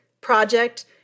project